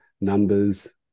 numbers